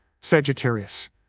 Sagittarius